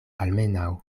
almenaŭ